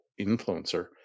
influencer